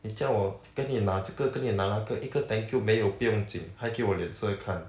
你叫我跟你拿这个跟你拿那个一个 thank you 没有不用紧还给我脸色看